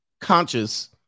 conscious